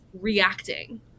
reacting